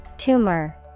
Tumor